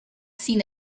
seen